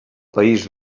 país